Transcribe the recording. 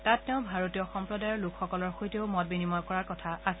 তাত তেওঁ ভাৰতীয় সম্প্ৰদায়ৰ লোকসকলৰ সৈতেও মত বিনিময় কৰাৰ কথা আছে